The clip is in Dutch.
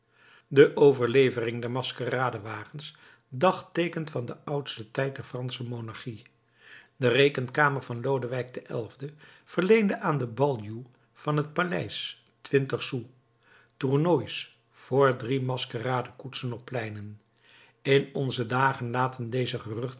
de overlevering der maskeradewagens dagteekent van den oudsten tijd der fransche monarchie de rekenkamer van lodewijk de xi verleende aan den baljuw van het paleis twintig sous tournooisch voor drie maskerade koetsen op de pleinen in onze dagen laten deze